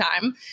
time